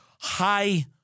high